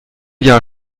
jahr